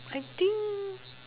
I think